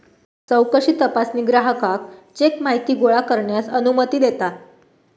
चौकशी तपासणी ग्राहकाक चेक माहिती गोळा करण्यास अनुमती देता